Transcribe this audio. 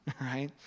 right